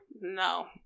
No